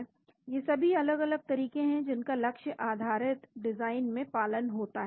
तो ये सभी अलग अलग तरीके हैं जिनका लक्ष्य आधारित डिजाइन में पालन होता हैं